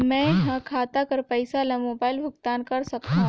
मैं ह खाता कर पईसा ला मोबाइल भुगतान कर सकथव?